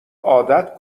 عادت